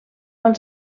als